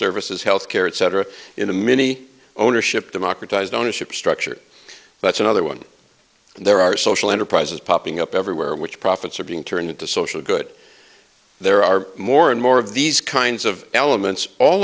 services health care etc in a mini ownership democratized ownership structure that's another one there are social enterprises popping up everywhere which profits are being turned into social good there are more and more of these kinds of elements all